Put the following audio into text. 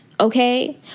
okay